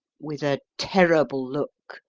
with a terrible look,